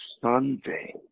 Sunday